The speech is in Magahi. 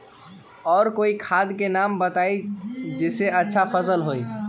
और कोइ खाद के नाम बताई जेसे अच्छा फसल होई?